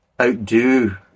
outdo